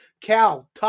Cal